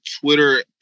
Twitter